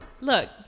look